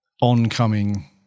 oncoming